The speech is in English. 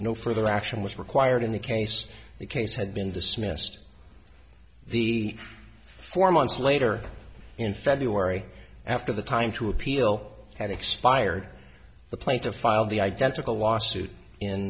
no further action was required in the case the case had been dismissed the four months later in february after the time to appeal had expired the plaintiff filed the identical lawsuit in